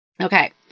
Okay